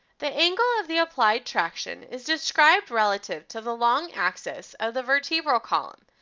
the angle of the applied traction is described relative to the long axis of the vertebral column,